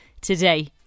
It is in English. today